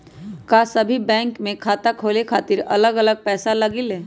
का सभी बैंक में खाता खोले खातीर अलग अलग पैसा लगेलि?